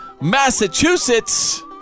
Massachusetts